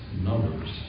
Numbers